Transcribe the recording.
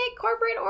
corporate